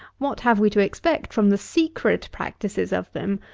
what have we to expect from the secret practices of them,